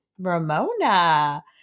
Ramona